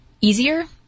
easier